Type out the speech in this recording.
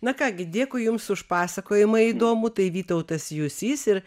na ką gi dėkui jums už pasakojimą įdomų tai vytautas jusys ir